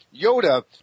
Yoda